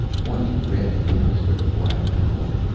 twenty red nails for the black column!